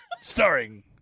Starring